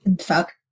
Fuck